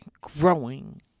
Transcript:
growing